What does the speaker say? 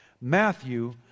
Matthew